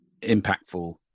impactful